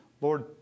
Lord